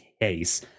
case